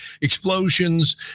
explosions